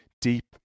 deep